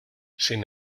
sin